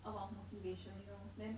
a lot of motivation you know then